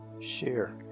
share